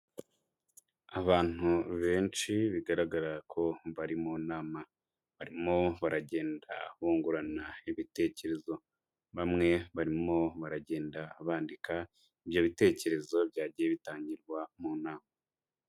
Abantu benshi bigaragara ko bari mu nama, barimo baragenda bungurana ibitekerezo, bamwe barimo baragenda bandika ibyo bitekerezo byagiye bitangirwa mu nama.